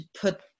put